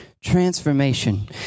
transformation